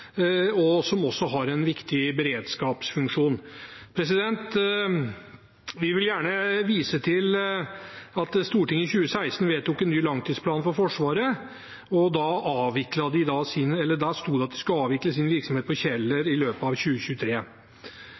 som også har en viktig beredskapsfunksjon. Vi vil gjerne vise til at Stortinget i 2016 vedtok en ny langtidsplan for Forsvaret, og der sto det at de skulle avvikle sin virksomhet på Kjeller i løpet av 2023.